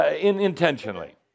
intentionally